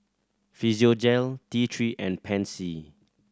Physiogel T Three and Pansy